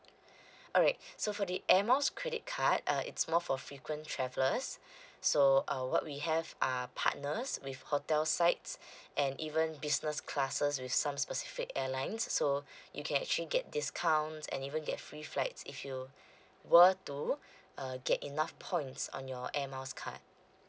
alright so for the airmiles credit card uh it's more for frequent travellers so uh what we have are partners with hotel sites and even business classes with some specific airlines so you can actually get discounts and even get free flights if you were to err get enough points on your air miles card